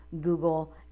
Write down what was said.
Google